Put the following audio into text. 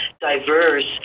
diverse